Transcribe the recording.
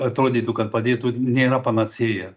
atrodytų kad padėtų nėra panacėja